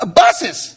buses